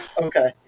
Okay